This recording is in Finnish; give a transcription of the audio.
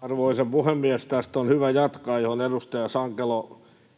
Arvoisa puhemies! Tästä on hyvä jatkaa, mihin edustaja